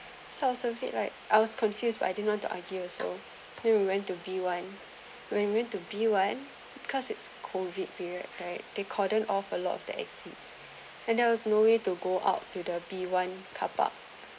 so is a bit like I was confused but I didn't want to argue so then we went to b one when we went to b one because it's COVID period right they cordon off a lot of the exits and there was no way to go out to the b one car park